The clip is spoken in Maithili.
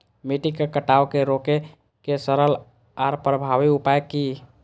मिट्टी के कटाव के रोके के सरल आर प्रभावी उपाय की?